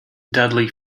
dudley